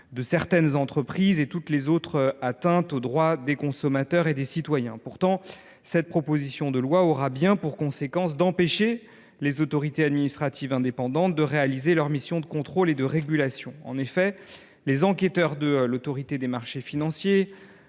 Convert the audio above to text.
de certaines entreprises et toute autre atteinte aux droits des consommateurs et des citoyens. Pourtant, l’adoption de cette proposition de loi aurait bel et bien pour conséquence d’empêcher les autorités administratives indépendantes d’exercer leur mission de contrôle et de régulation. En effet, les enquêteurs de l’Autorité des marchés financiers,